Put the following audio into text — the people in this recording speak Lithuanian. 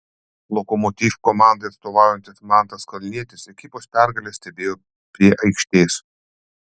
lokomotiv komandai atstovaujantis mantas kalnietis ekipos pergalę stebėjo prie aikštės